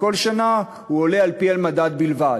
וכל שנה הוא עולה על-פי המדד בלבד.